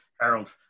Harold